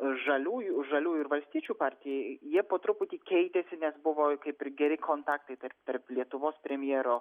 žaliųjų žaliųjų ir valstiečių partijai jie po truputį keitėsi nes buvo kaip ir geri kontaktai tarp tarp lietuvos premjero